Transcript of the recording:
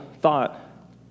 thought